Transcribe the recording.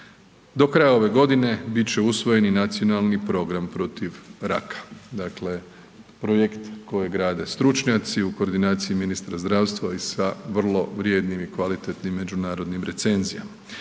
Do kraja ove godine bit će usvojen i nacionalni program protiv raka, dakle projekt kojeg grade stručnjaci u koordinaciji ministra zdravstva i sa vrlo vrijednim i kvalitetnim međunarodnim recenzijama.